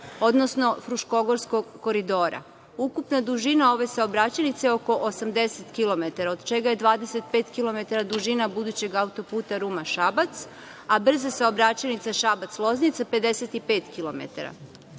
odnosno Fruškogorskog koridora. Ukupna dužina ove saobraćajnice je oko 80 km, od čega je 25 km dužina budućeg auto-puta Ruma-Šabac, a brza saobraćajnica Šabac-Loznica 55